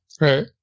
Right